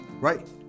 Right